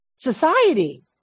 society